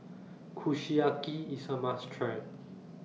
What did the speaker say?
Kushiyaki IS A must Try